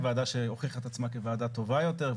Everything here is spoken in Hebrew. היא ועדה שהוכיחה את עצמה כוועדה טובה יותר,